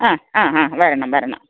ആ ആ വരണം വരണം